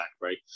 right